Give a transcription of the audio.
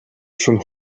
schon